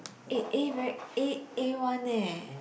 eh A very A a-one leh